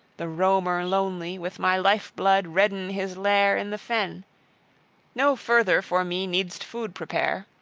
the roamer-lonely, with my life-blood redden his lair in the fen no further for me need'st food prepare!